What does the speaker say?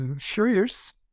furious